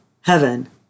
heaven